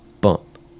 Bump